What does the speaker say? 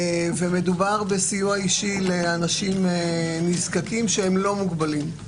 ומדובר בסיוע אישי לאנשים נזקקים שהם לא מוגבלים,